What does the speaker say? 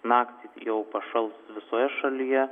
naktį jau pašals visoje šalyje